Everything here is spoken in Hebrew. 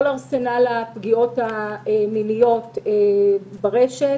כל ארסנל הפגיעות המיניות ברשת.